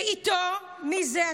ואיתו מי זה?